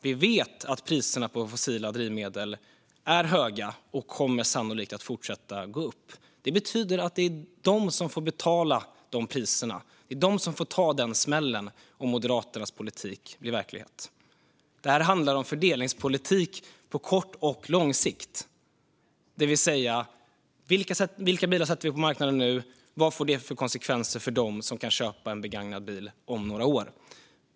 Vi vet att priserna på fossila drivmedel är höga och sannolikt kommer att fortsätta gå upp. Detta betyder i praktiken att det är de människorna som får betala de priserna. Det är de som får ta den smällen om Moderaternas politik blir verklighet. Det här handlar om fördelningspolitik på kort och lång sikt. Vilka bilar sätter vi på marknaden nu? Vad får det för konsekvenser för dem som kan köpa en begagnad bil om några år?